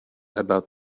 about